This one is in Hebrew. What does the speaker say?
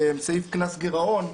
סעיף קנס גרעון.